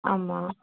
ஆமாம்